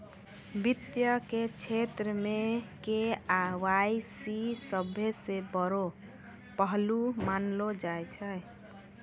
वित्त के क्षेत्र मे के.वाई.सी सभ्भे से बड़ो पहलू मानलो जाय छै